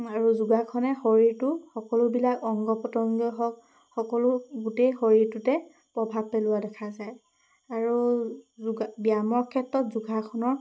আৰু যোগাসনে শৰীৰটো সকলোবিলাক অংগ প্ৰত্যংগই হওক সকলো গোটেই শৰীৰটোতে প্ৰভাৱ পেলোৱা দেখা যায় আৰু ব্যায়ামৰ ক্ষেত্ৰত যোগাসনৰ